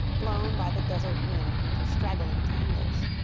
blown by the desert wind into straggling tangles.